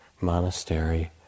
monastery